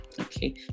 Okay